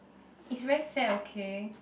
it's very sad okay